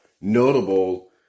notable